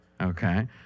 Okay